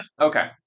Okay